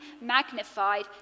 magnified